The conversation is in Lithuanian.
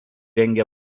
rengia